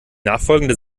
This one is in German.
nachfolgende